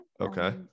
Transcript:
okay